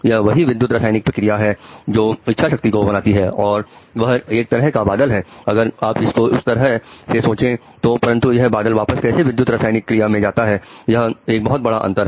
यह वही विद्युत रासायनिक क्रिया है जो इच्छाशक्ति को बनाती है और वह एक तरह का बादल है अगर आप इसको उस तरह से सोचे तो परंतु यह बादल वापस कैसे विद्युत रासायनिक क्रिया में जाता है यह एक बहुत बड़ा अंतर है